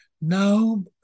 no